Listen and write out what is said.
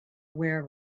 aware